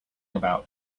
about